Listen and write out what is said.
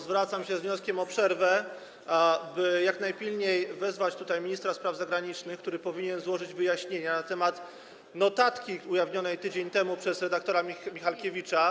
Zwracam się z wnioskiem o przerwę, by jak najpilniej wezwać ministra spraw zagranicznych, który powinien złożyć wyjaśnienia nt. notatki ujawnionej tydzień temu przez redaktora Michalkiewicza.